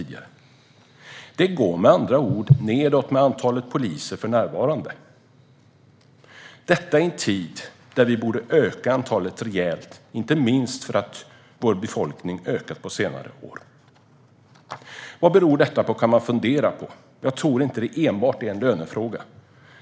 Det går med andra ord nedåt med antalet poliser för närvarande - detta i en tid när vi borde öka antalet rejält, inte minst för att befolkningen har ökat under senare år. Man kan fundera över vad detta beror på. Jag tror inte att det är enbart en lönefråga.